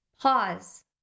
pause